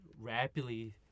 rapidly